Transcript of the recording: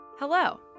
Hello